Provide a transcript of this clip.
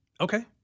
Okay